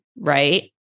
right